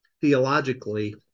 Theologically